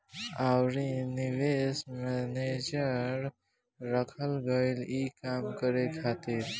अउरी निवेश मैनेजर रखल गईल ई काम करे खातिर